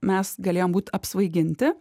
mes galėjom būt apsvaiginti